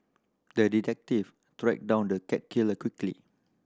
the detective tracked down the cat killer quickly